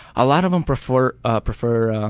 a lot of them prefer ah prefer